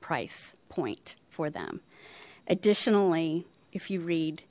price point for them additionally if you read